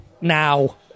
now